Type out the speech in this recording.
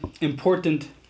important